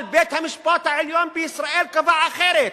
אבל בית-המשפט העליון בישראל קבע אחרת,